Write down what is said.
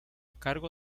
cargo